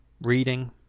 reading